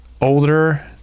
older